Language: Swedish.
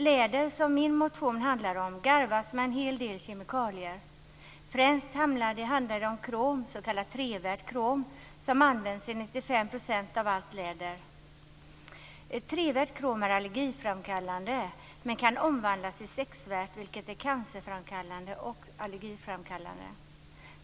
Läder, som min motion handlar om, garvas med en hel del kemikalier. Främst handlar det om krom, s.k. trevärt krom, som används i 95 % av allt läder. Ett trevärt krom är allergiframkallande, men det kan omvandlas till sexvärt krom, vilket är cancerframkallande och allergiframkallande.